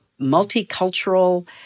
multicultural